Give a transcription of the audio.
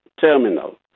terminal